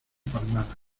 palmadas